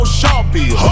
sharpie